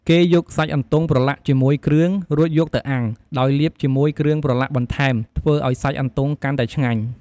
គេយកសាច់អន្ទង់ប្រឡាក់ជាមួយគ្រឿង រួចយកទៅអាំង ដោយលាបជាមួយគ្រឿងប្រឡាក់បន្ថែម ធ្វើឱ្យសាច់អន្ទង់កាន់តែឆ្ងាញ់។